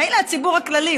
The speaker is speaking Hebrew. מילא הציבור הכללי,